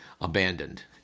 abandoned